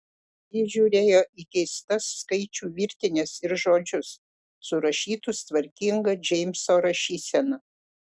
ji žiūrėjo į keistas skaičių virtines ir žodžius surašytus tvarkinga džeimso rašysena